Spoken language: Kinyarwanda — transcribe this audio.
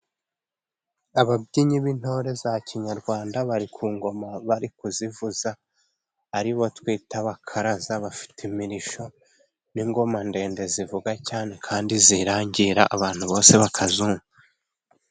Ababyinnyi b'intore za kinyarwanda， bari ku ngoma bari kuzivuza，aribo twita abakaraza， bafite imirishyo n'ingoma ndende zivuga cyane， kandi zirangira abantu bose bakazumva.